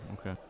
Okay